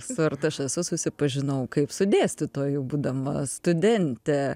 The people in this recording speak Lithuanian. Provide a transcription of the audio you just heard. su artašesu susipažinau kaip su dėstytoju būdama studentė